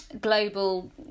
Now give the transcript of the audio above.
global